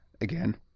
again